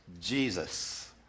Jesus